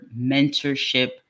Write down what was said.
mentorship